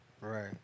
Right